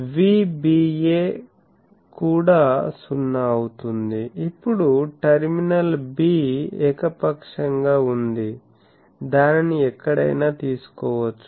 కాబట్టి Vba కూడా సున్నా అవుతుంది ఇప్పుడు టర్మినల్ 'b' ఏకపక్షంగా ఉంది దానిని ఎక్కడైనా తీసుకోవచ్చు